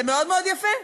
זה מאוד מאוד יפה.